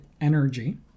energy